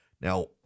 Now